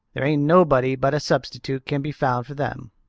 there ain't nobody but a substitute can be found for them.